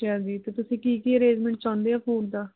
ਅੱਛਾ ਜੀ ਅਤੇ ਤੁਸੀਂ ਕੀ ਕੀ ਅਰੇਂਜਮੈਂਟ ਚਾਹੁੰਦੇ ਹੋ ਫੂਡ ਦਾ